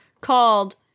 called